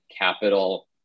Capital